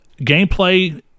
gameplay